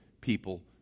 people